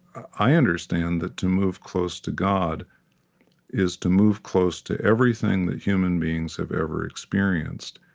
i understand that to move close to god is to move close to everything that human beings have ever experienced.